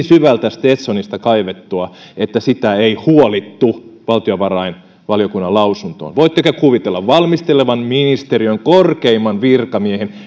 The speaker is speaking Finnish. syvältä stetsonista kaivettua että sitä ei huolittu valtiovarainvaliokunnan lausuntoon voitteko kuvitella valmistelevan ministeriön korkeimman virkamiehen